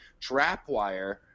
Trapwire